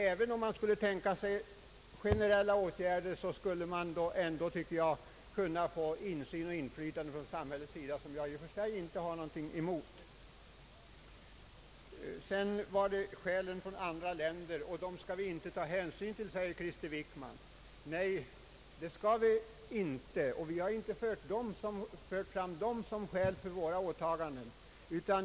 även om man skulle införa generella åtgärder skulle det ändå kunna förekomma insyn och inflytande från samhällets sida, vilket jag i och för sig inte har någonting emot. Statsrådet Wickman säger att vi inte kan jämföra oss med andra länder och de motiv de kan ha för sina generella subventioner. Nej, det skall vi inte. Vi har inte framfört dem som skäl för våra förslag.